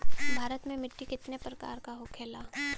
भारत में मिट्टी कितने प्रकार का होखे ला?